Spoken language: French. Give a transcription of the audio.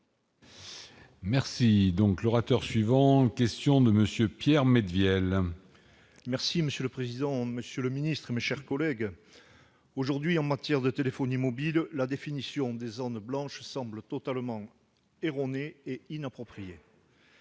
le font ! La parole est à M. Pierre Médevielle. Monsieur le président, monsieur le ministre, mes chers collègues, aujourd'hui, en matière de téléphonie mobile, la définition des zones blanches semble totalement erronée et inappropriée.